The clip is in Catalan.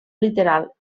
literal